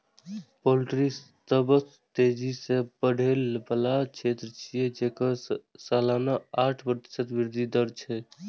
poultry सबसं तेजी सं बढ़ै बला क्षेत्र छियै, जेकर सालाना आठ प्रतिशत वृद्धि दर छै